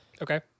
Okay